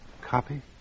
Copy